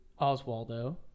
Oswaldo